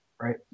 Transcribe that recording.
Right